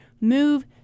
move